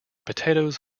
potatoes